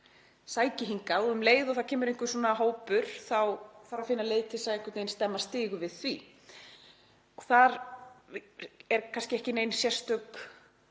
sæki hingað og um leið og það kemur einhver hópur þá þarf að finna leið til að stemma einhvern veginn stigu við því. Þar er kannski ekki nein sérstök